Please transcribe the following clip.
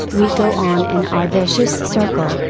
we go on in our vicious circle,